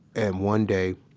and one day,